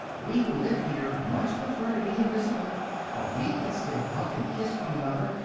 we who live here much prefer to be invisible for we can still hug and kiss one another,